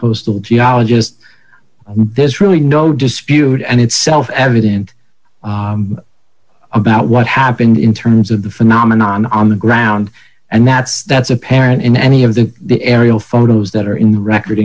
coast to geologist there's really no dispute and itself evident about what happened in terms of the phenomenon on the ground and that's that's apparent in any of the the aerial photos that are in record